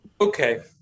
Okay